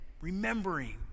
remembering